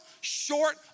short